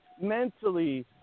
mentally